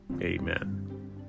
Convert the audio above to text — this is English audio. amen